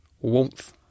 warmth